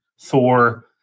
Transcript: Thor